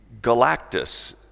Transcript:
Galactus